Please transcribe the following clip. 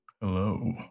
Hello